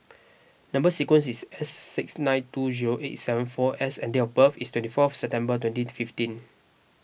Number Sequence is S six nine two zero eight seven four S and date of birth is twenty fourth September twenty fifteen